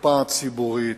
לקופה הציבורית.